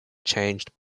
changed